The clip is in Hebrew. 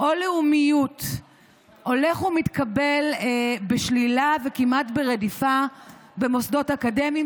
או לאומיות הולך ומתקבל בשלילה וכמעט ברדיפה במוסדות אקדמיים.